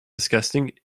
disgusting